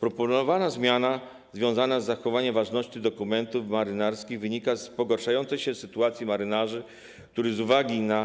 Proponowana zmiana związana z zachowaniem ważności dokumentów marynarskich wynika z pogarszającej się sytuacji marynarzy, którzy z uwagi na